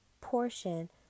portion